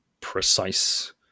precise